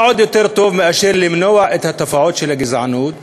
מה יותר טוב מלמנוע את התופעות של הגזענות,